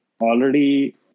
Already